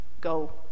go